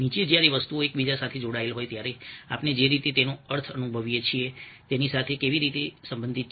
નીચે જ્યારે વસ્તુઓ એકબીજા સાથે જોડાયેલ હોય ત્યારે આપણે જે રીતે તેનો અર્થ અનુભવીએ છીએ તેની સાથે તે કેવી રીતે સંબંધિત છે